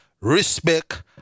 respect